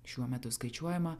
šiuo metu skaičiuojama